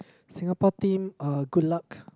Singapore team uh good luck